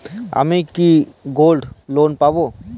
আমি কি gold loan পাবো?